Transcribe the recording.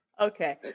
Okay